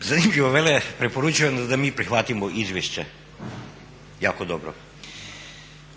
Zanimljivo, vele preporučuju nam da mi prihvatimo izvješće. Jako dobro.